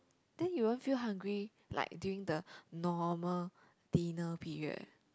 then you won't feel hungry like during the normal dinner period